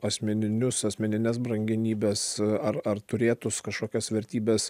asmeninius asmenines brangenybes ar ar turėtus kažkokias vertybes